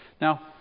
Now